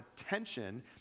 attention